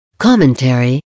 commentary